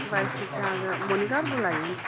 बस ठीक ठाक मोनिका होर बोला दियां न